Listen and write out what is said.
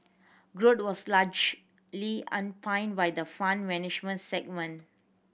growth was largely on by the Fund Management segment